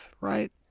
right